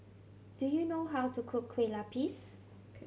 do you know how to cook Kueh Lapis